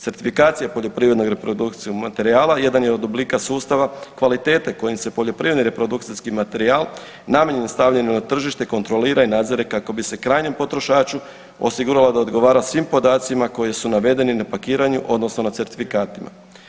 Certifikacija poljoprivrednog reprodukcijskog materijala jedan je od oblika sustava kvalitete kojim se poljoprivredni reprodukcijski materijal namijenjen stavljeno na tržište kontrolira i nadzire kako bi se krajnjem potrošaču osiguralo da odgovara svim podacima koji su navedeni na pakiranju odnosno na certifikatima.